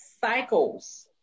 cycles